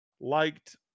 liked